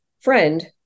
friend